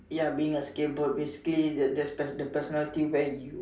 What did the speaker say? ya being a scapegoat basically there's the personality where you